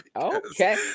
Okay